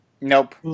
Nope